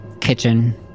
kitchen